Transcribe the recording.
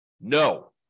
No